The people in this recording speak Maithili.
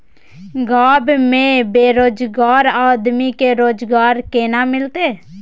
गांव में बेरोजगार आदमी के रोजगार केना मिलते?